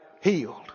healed